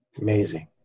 Amazing